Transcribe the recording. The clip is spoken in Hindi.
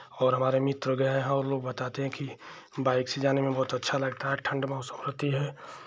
और हमारे मित्र गए हैं वो लोग बताते हैं कि बाइक से जाने में बहुत अच्छा लगता है ठंड महसूस होती है